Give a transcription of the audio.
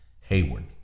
Hayward